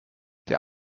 der